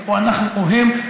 זה או אנחנו או הם,